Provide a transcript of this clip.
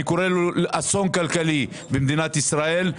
אני קורא לו אסון כלכלי במדינת ישראל,